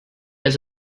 has